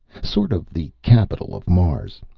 sort of the capital of mars.